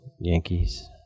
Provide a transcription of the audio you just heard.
Yankees